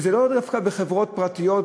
וזה לא דווקא בחברות פרטיות,